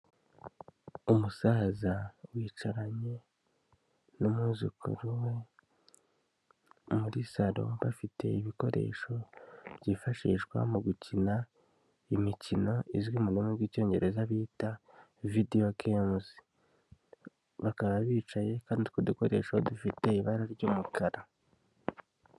Umusaza wicaranye n'umwuzukuru we muri saro bafite ibikoresho byifashishwa mu gukina imikino izwi mu rumi rw'Icyongereza bita video games, bakaba bicaye kandi ku dukoresho dufite ibara ry'umukara.